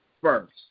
first